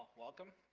welcome!